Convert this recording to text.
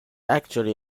actually